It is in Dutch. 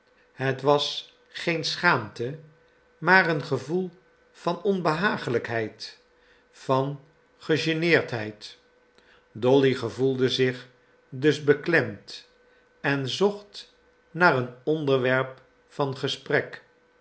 het was geen schaamte maar een gevoel van onbehagelijkheid van gegeneerdheid dolly gevoelde zich dus beklemd en zocht naar een onderwerp van gesprek